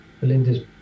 belinda's